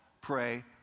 Pray